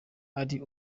ari